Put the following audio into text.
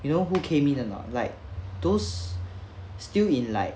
you know who came in or not like those still in like